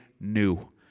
new